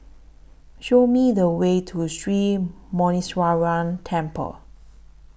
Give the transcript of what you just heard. Show Me The Way to Sri Muneeswaran Temple